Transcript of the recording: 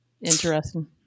interesting